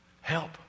Help